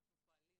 אנחנו פועלים